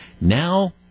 Now